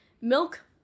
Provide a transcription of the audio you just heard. milk